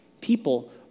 people